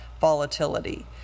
volatility